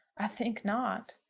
i think not.